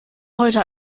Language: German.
heute